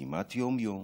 כמעט יום-יום